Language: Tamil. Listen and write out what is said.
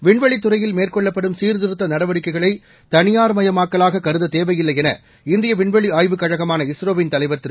விண்வெளித் துறையில் மேற்கொள்ளப்படும் சீர்திருத்த நடவடிக்கைகளை தனியார்மயமாக்கலாக கருத தேவையில்லை என இந்திய விண்வெளி ஆய்வுக் கழகமான இஸ்ரோவின் தலைவர் திரு